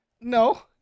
no